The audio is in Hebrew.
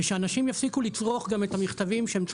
כאנשים יפסיקו לצרוך גם את המכתבים שהם הודעה